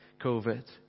COVID